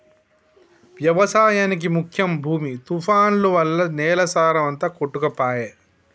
వ్యవసాయానికి ముఖ్యం భూమి తుఫాన్లు వల్ల నేల సారం అంత కొట్టుకపాయె